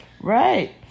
Right